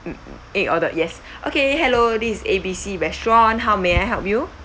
m~ make order yes okay hello this is A B C restaurant how may I help you